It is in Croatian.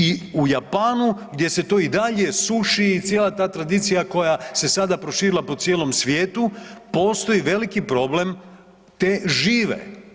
I u Japanu gdje se to i dalje suši i cijela ta tradicija koja se sada proširila po cijelom svijetu postoji veliki problem te žive.